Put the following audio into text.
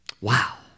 Wow